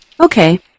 Okay